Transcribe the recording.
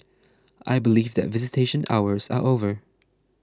I believe that visitation hours are over